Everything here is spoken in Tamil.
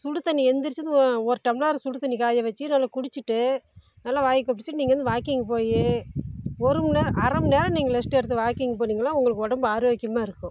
சுடுதண்ணி எழுந்திரிச்சி ஒரு டம்ளர் சுடுதண்ணி காயவச்சு நல்லா குடித்துட்டு நல்லா வாய் கொப்புளித்துட்டு நீங்கள் வந்து வாக்கிங் போய் ஒரு மணி நேரம் அரை மணி நேரம் நீங்கள் ரெஸ்ட் எடுத்து வாக்கிங் போனீங்கன்னால் உங்களுக்கு உடம்பு ஆரோக்கியமாக இருக்கும்